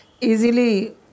easily